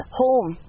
home